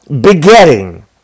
begetting